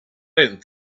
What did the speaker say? didn’t